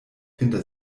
hinter